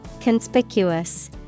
Conspicuous